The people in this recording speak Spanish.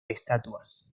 estatuas